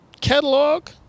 catalog